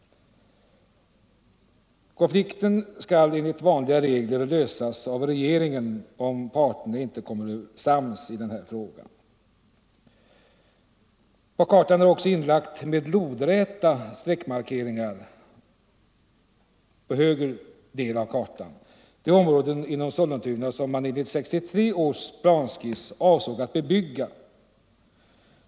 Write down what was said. Konflikten skall enligt vanliga regler lösas av regeringen om parterna inte kommer sams. På kartan är med lodräta streckmarkeringar inlagda de områden inom Sollentuna kommun som enligt 1963 års planskiss avsågs att bebyggas.